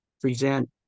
present